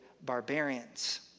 barbarians